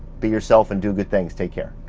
be yourself and do good things. take care.